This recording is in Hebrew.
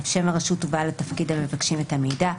שם הרשות ובעל התפקיד המבקשים את המידע,